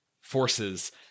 forces